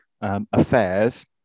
affairs